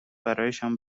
برایشان